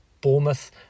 Bournemouth